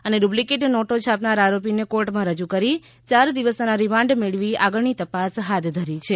અને ડુપ્લીકેટ નોટો છાપનાર આરોપીને કોર્ટમાં રજુ કરી ચાર દિવસના રીમાન્ડ મેળવી આગળની તપાસ હાથ ધરી છે